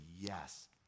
yes